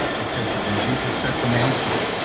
it says that when jesus set the man free